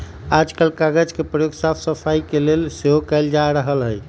याजकाल कागज के प्रयोग साफ सफाई के लेल सेहो कएल जा रहल हइ